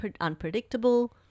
unpredictable